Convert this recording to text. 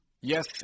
Yes